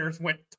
went